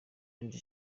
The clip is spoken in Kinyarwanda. rindi